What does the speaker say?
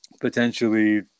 potentially